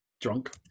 drunk